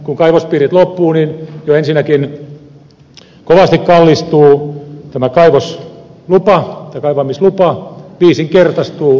kun siellä kaivospiirit loppuvat niin jo ensinnäkin kovasti kallistuu kaivamislupa viisinkertaistuu nykyisestään